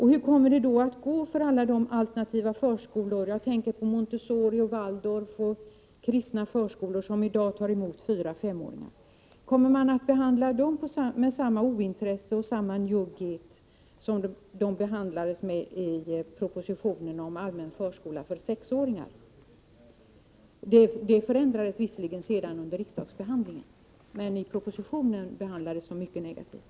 Hur kommer det då att gå för alla de alternativa förskolor — jag tänker på Montessoriskolorna och Waldorfskolorna och kristna förskolor — som i dag tar emot 4 och 5-åringar? Kommer man att behandla dem med samma ointresse och samma njugghet som de behandlades med i propositionen om allmän förskola för 6-åringar? Det förändrades visserligen sedan under riksdagsbehandlingen, men i propositionen behandlades dessa skolor mycket negativt.